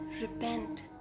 repent